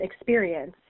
experience